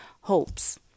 hopes